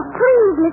please